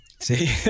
See